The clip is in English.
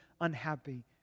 unhappy